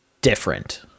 different